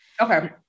Okay